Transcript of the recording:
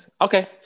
okay